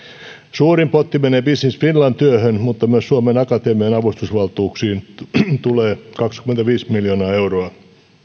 suurin potti menee business finlandin työhön mutta myös suomen akatemian avustusvaltuuksiin tulee kaksikymmentäviisi miljoonaa euroa